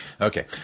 okay